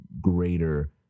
greater